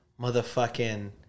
motherfucking